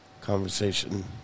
Conversation